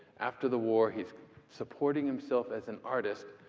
after the war, he's supporting himself as an artist.